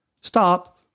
stop